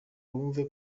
wumve